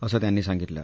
असं त्यांनी सांगितलं